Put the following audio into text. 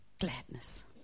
gladness